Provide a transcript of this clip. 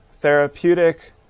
therapeutic